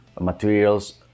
materials